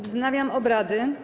Wznawiam obrady.